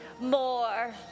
more